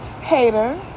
Hater